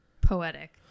Poetic